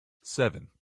seven